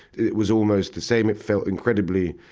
it was almost the same. it felt incredibly,